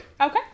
Okay